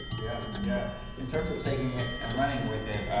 yeah yeah in terms of taking it and running with it,